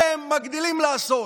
אתם מגדילים לעשות.